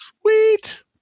Sweet